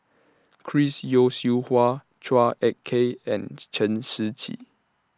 Chris Yeo Siew Hua Chua Ek Kay and Chen Shiji